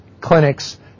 clinics